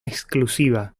exclusiva